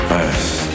First